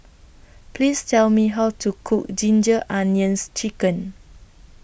Please Tell Me How to Cook Ginger Onions Chicken